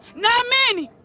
not many.